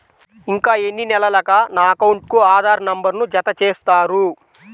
ఇంకా ఎన్ని నెలలక నా అకౌంట్కు ఆధార్ నంబర్ను జత చేస్తారు?